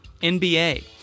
NBA